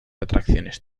atracciones